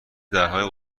درهای